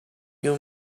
you